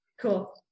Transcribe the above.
Cool